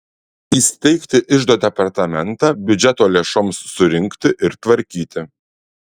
įsteigti iždo departamentą biudžeto lėšoms surinkti ir tvarkyti